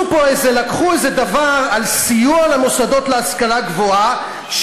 לקחו איזה דבר על סיוע למוסדות להשכלה גבוהה,